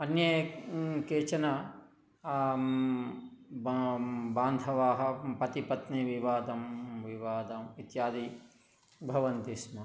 अन्ये केचन बां बान्धवाः प् पतिपत्निविवादं विवादः इत्यादि भवन्तिस्म